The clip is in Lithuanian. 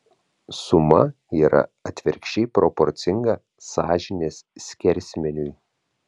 suma yra atvirkščiai proporcinga sąžinės skersmeniui